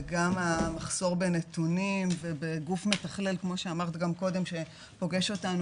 וגם המחסור בנתונים ובגוף מתכלל כמו שאמרת גם קודם שפוגש אותנו